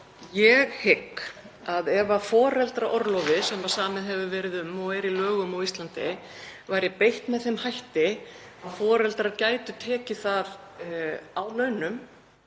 Ég hygg að ef foreldraorlofi, sem samið hefur verið um og er í lögum á Íslandi, væri beitt með þeim hætti að foreldrar gætu tekið það á launum